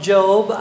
Job